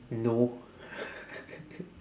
no